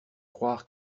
croire